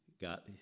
got